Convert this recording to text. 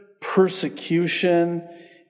persecution